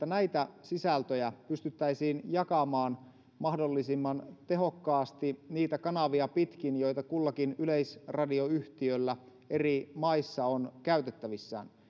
näitä sisältöjä pystyttäisiin jakamaan mahdollisimman tehokkaasti niitä kanavia pitkin joita kullakin yleisradioyhtiöllä eri maissa on käytettävissään